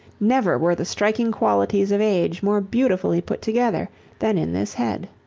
never were the striking qualities of age more beautifully put together than in this head.